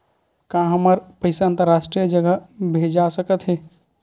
का हमर पईसा अंतरराष्ट्रीय जगह भेजा सकत हे?